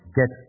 get